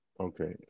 Okay